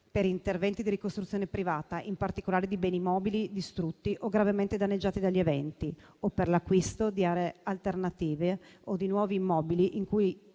per interventi di ricostruzione privata, in particolare di beni immobili distrutti o gravemente danneggiati dagli eventi, o per l'acquisto di aree alternative o di nuovi immobili in cui